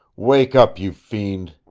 wake up, you fiend,